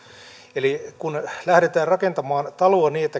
eli kun lähdetään rakentamaan taloa niin että